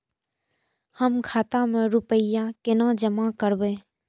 हम खाता में रूपया केना जमा करबे?